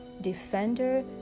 defender